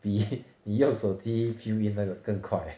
比你用手机 fill in 那个更快